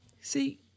See